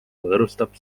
võõrustab